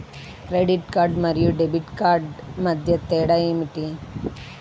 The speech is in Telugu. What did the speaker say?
క్రెడిట్ కార్డ్ మరియు డెబిట్ కార్డ్ మధ్య తేడా ఏమిటి?